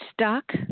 stuck